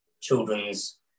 children's